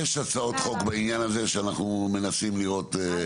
יש הצעות חוק בעניין הזה שאנחנו מנסים לראות,